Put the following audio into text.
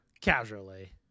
Casually